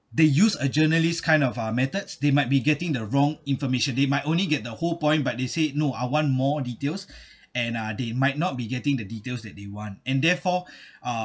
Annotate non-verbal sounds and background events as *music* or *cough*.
they use a journalist kind of uh methods they might be getting the wrong information they might only get the whole point but they said no I want more details *breath* and uh they might not be getting the details that they want and therefore *breath* uh